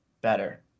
better